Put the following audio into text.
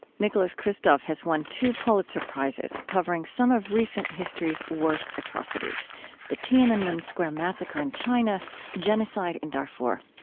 nicholas kristof has won two pulitzer prizes covering some of recent history's worst atrocities the tiananmen square massacre in china genocide in darfur.